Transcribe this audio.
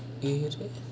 இரு:iru